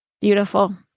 beautiful